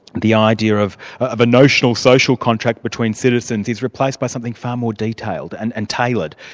the idea of of a notional social contract between citizens is replaced by something far more detailed, and and tailored.